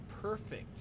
perfect